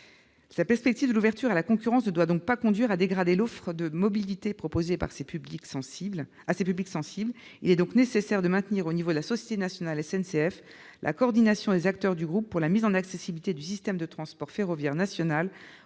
La perspective de l'ouverture à la concurrence ne doit pas conduire à dégrader l'offre de mobilité proposée à ces publics sensibles. Il est donc nécessaire de maintenir au niveau de la société nationale SNCF la coordination des acteurs du groupe pour la mise en accessibilité du système de transport ferroviaire national